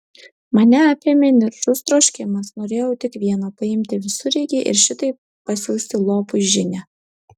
mane apėmė niršus troškimas norėjau tik vieno paimti visureigį ir šitaip pasiųsti lopui žinią